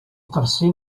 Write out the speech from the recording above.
tercer